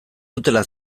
dutela